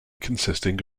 consisting